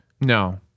No